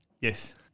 Yes